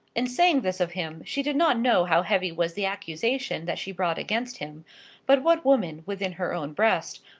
in saying this of him, she did not know how heavy was the accusation that she brought against him but what woman, within her own breast,